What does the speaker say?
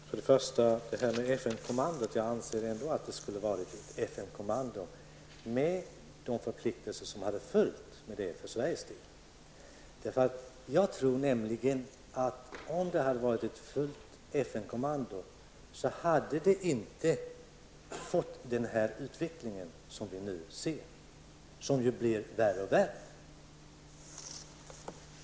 Herr talman! Jag anser ändå att det skulle ha varit ett FN-kommando, med de förpliktelser som följer för Sveriges del. Om det hade varit ett fullt FN kommando hade man inte fått den utveckling som vi nu ser och som blir värre och värre.